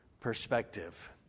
perspective